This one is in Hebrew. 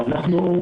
אנחנו,